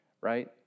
right